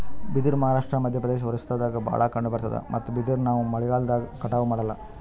ಬಿದಿರ್ ಮಹಾರಾಷ್ಟ್ರ, ಮಧ್ಯಪ್ರದೇಶ್, ಒರಿಸ್ಸಾದಾಗ್ ಭಾಳ್ ಕಂಡಬರ್ತಾದ್ ಮತ್ತ್ ಬಿದಿರ್ ನಾವ್ ಮಳಿಗಾಲ್ದಾಗ್ ಕಟಾವು ಮಾಡಲ್ಲ